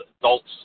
adults